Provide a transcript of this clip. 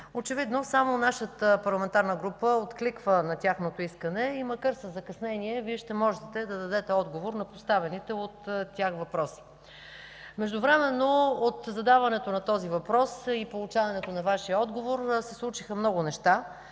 Очевидно само нашата парламентарна група откликва на тяхното искане и макар със закъснение Вие ще можете да дадете отговор на поставените от тях въпроси. Междувременно от задаването на този въпрос и получаването на Вашия отговор се случиха много неща,